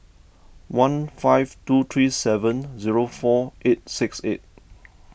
one five two three seven zero four eight six eight